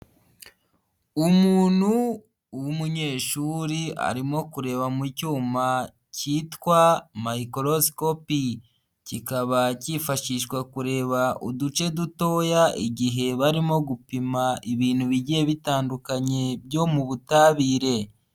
Umuntu w'umunyeshuri arimo kureba mu cyuma cyitwa mayikorosikopi Kikaba cyifashishwa kureba uduce dutoya igihe barimo gupima ibintu bigiye bitandukanye byo mu butabire.